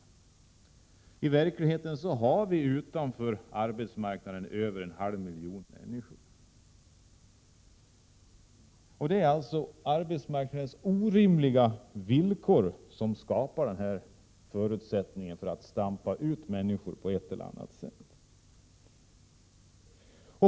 I verkligheten har vi utanför arbetsmarknaden över en halv miljon människor. Det är alltså arbetsmarknadens orimliga villkor som skapar denna förutsättning för att stampa ut människor på ett eller annat sätt.